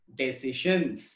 decisions